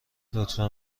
لطفا